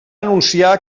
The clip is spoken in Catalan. anunciar